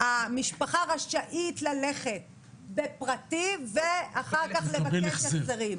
המשפחה רשאית ללכת בפרטי ואחר כך לבקש החזרים.